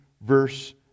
verse